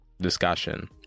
discussion